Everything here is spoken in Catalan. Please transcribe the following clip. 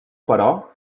però